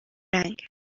رنگ